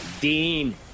Dean